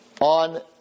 on